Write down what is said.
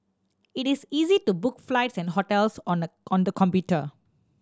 it is easy to book flights and hotels on the on the computer